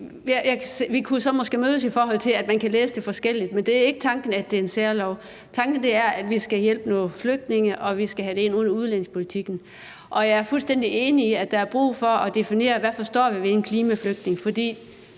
Vi kunne så mødes der, at man kan læse det forskelligt, men det er ikke tanken, at det skal være en særlov. Tanken er, at vi skal hjælpe nogle flygtninge og have det ind i udlændingepolitikken. Jeg er fuldstændig enig i, at der er brug for at definere, hvad vi forstår ved en klimaflygtning.